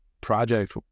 project